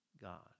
God